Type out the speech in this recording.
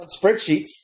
spreadsheets